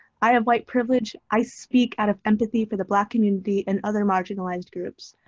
i have white privilege, i speak out of empathy for the black community and other marginalized groups.